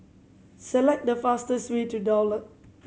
select the fastest way to Daulat